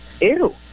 ew